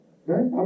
okay